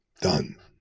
done